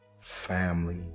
Family